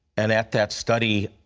and at that study,